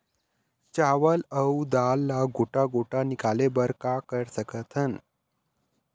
चावल अऊ दाल ला गोटा गोटा निकाले बर का कर सकथन?